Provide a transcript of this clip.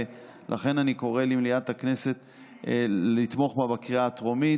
ולכן אני קורא למליאת הכנסת לתמוך בה בקריאה הטרומית.